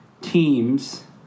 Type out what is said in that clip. teams